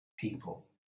people